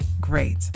Great